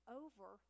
over